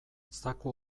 zaku